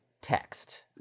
text